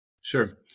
Sure